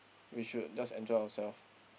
we should just enjoy ourself